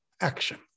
action